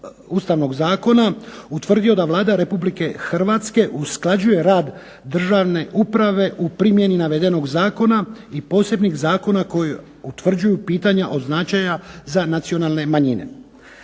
ustavnog zakona utvrdio da Vlada Republike Hrvatske usklađuje rad državne uprave u primjeni navedenog zakona i posebnih zakona koji utvrđuju pitanja od značaja za nacionalne manjine.